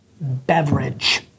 beverage